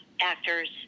actors